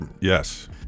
Yes